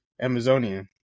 Amazonian